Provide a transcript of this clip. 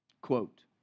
quote